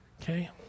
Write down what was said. okay